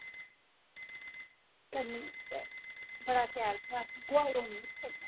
बड़ा शैल घर